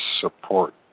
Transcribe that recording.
support